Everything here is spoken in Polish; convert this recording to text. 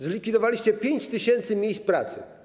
Zlikwidowaliście 5 tys. miejsc pracy.